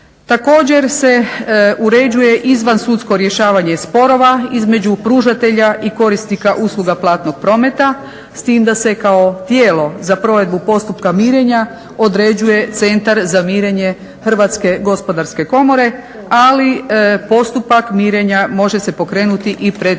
Također se uređuje izvansudsko rješavanje sporova između pružatelja i korisnika usluga platnog prometa, s tim da se kao tijelo za provedbu postupka mirenja određuje Centar za mirenje HGK-a ali postupak mirenja može se pokrenuti i pred